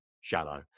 shallow